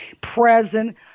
present